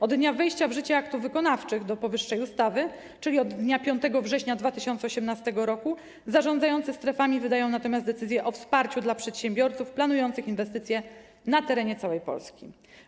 Od dnia wejścia w życie aktów wykonawczych do powyższej ustawy, czyli od dnia 5 września 2018 r., zarządzający strefami wydają natomiast decyzje o wsparciu dla przedsiębiorców planujących inwestycje na terenie całej Polski.